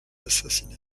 assassiné